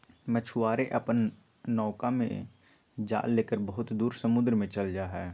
मछुआरे अपन नौका में जाल लेकर बहुत दूर समुद्र में चल जाहई